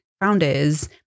founders